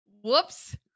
Whoops